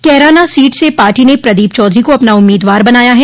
Kairana seat से पार्टो ने प्रदीप चौधरी को अपना उम्मीदवार बनाया है